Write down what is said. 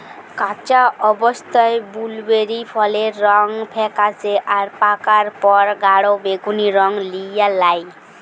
কাঁচা অবস্থায় বুলুবেরি ফলের রং ফেকাশে আর পাকার পর গাঢ় বেগুনী রং লিয়ে ল্যায়